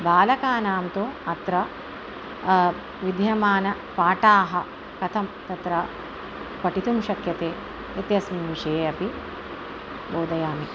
बालकानां तु अत्र विधीयमानाः पाठाः कथं तत्र पठितुं शक्यते इत्यस्मिन् विषये अपि बोधयामि